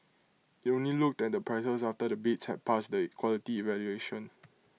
IT only looked at the prices after the bids had passed the quality evaluation